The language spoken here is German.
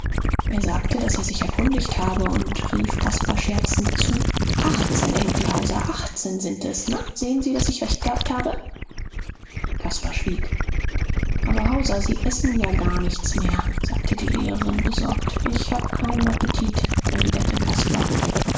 er sagte daß er sich erkundigt habe und rief caspar scherzend zu achtzehn enkel hauser achtzehn sind es na sehen sie daß ich recht gehabt habe caspar schwieg aber hauser sie essen ja gar nichts mehr sagte die lehrerin besorgt ich habe keinen appetit erwiderte caspar